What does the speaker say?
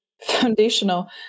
foundational